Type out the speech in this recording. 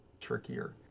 trickier